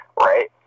Right